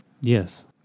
Yes